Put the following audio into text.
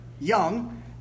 young